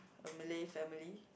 a Malay family